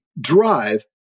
drive